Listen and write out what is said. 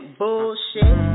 bullshit